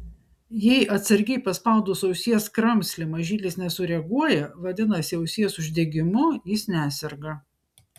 jei atsargiai paspaudus ausies kramslį mažylis nesureaguoja vadinasi ausies uždegimu jis neserga